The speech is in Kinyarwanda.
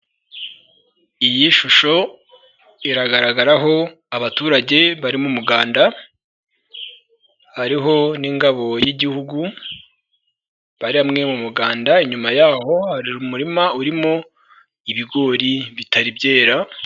Iyi shusho iragaragaraho abaturage bari mu muganda, hariho n'ingabo y'igihugu bari hamwe mu muganda, inyuma yaho hari umurima urimo ibigori bitari byera.